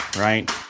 Right